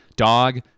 Dog